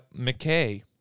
McKay